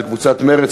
של קבוצת מרצ,